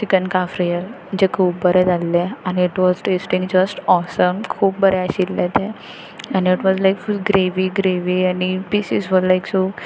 chicken cafreal जें खूब बरें जाल्लें आनी it was tasting just awesome खूब बरें आशिल्लें तें आनी it was like full gravy gravy आनी पिसीस वर लायक सो